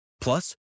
Plus